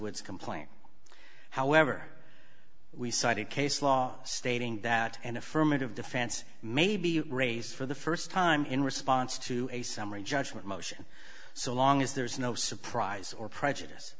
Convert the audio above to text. which complaint however we cited case law stating that an affirmative defense may be raised for the st time in response to a summary judgment motion so long as there is no surprise or prejudice